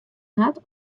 hat